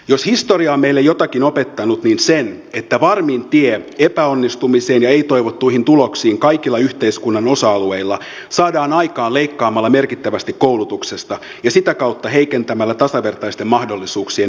jos historia on meille jotakin opettanut niin sen että varmin tie epäonnistumiseen ja ei toivottuihin tuloksiin kaikilla yhteiskunnan osa alueilla saadaan aikaan leikkaamalla merkittävästi koulutuksesta ja sitä kautta heikentämällä tasavertaisten mahdollisuuksien yhteiskuntaa